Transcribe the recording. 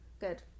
Good